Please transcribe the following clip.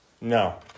no